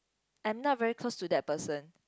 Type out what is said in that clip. I am not very close to that person